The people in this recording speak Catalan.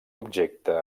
objecte